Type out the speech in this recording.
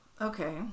Okay